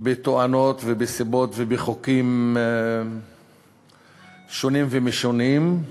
בתואנות ובסיבות ובחוקים שונים ומשונים,